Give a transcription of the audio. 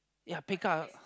ya pick up